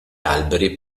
alberi